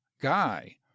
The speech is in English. GUY